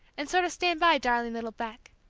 and sort of stand by darling little beck!